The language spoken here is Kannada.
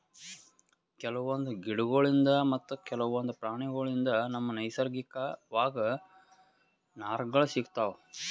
ಕೆಲವೊಂದ್ ಗಿಡಗೋಳ್ಳಿನ್ದ್ ಮತ್ತ್ ಕೆಲವೊಂದ್ ಪ್ರಾಣಿಗೋಳ್ಳಿನ್ದ್ ನಮ್ಗ್ ನೈಸರ್ಗಿಕವಾಗ್ ನಾರ್ಗಳ್ ಸಿಗತಾವ್